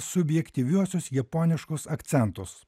subjektyviuosius japoniškus akcentus